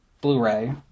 Blu-ray